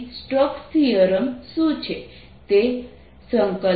Vxyzx2yijCxyk તેથી Stokes theorem શું કહે છે તે V